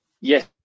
yes